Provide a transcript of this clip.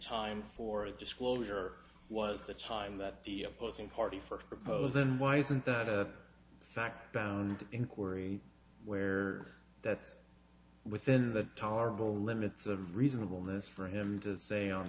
time for a disclosure was the time that the opposing party for proposed then why isn't that a fact down inquiry where that within the tolerable limits of reasonable this for him to say on